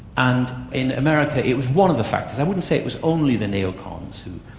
and in america it was one of the factors. i wouldn't say it was only the neo-cons who